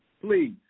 please